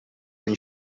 and